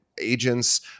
agents